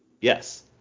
Yes